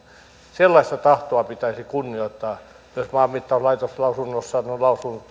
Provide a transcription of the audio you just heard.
sellaista tahtoa pitäisi kunnioittaa jos maanmittauslaitos lausunnossaan on lausunut